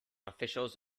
officials